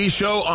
show